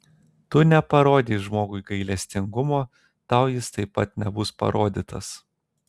tu neparodei žmogui gailestingumo tau jis taip pat nebus parodytas